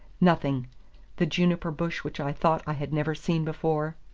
nothing the juniper-bush which i thought i had never seen before,